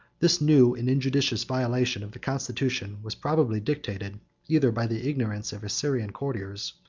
this new and injudicious violation of the constitution was probably dictated either by the ignorance of his syrian courtiers,